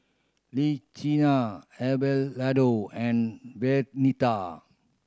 Abelardo and Vernita